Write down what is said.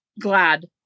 glad